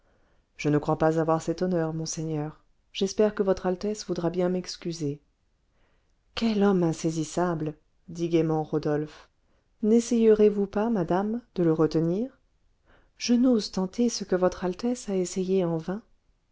je ne crois pas avoir cet honneur monseigneur j'espère que votre altesse voudra bien m'excuser quel homme insaisissable dit gaiement rodolphe nessayerez vous pas madame de le retenir je n'ose tenter ce que votre altesse a essayé en vain